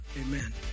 amen